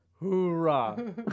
Hoorah